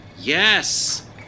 yes